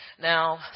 Now